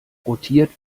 rotiert